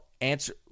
answer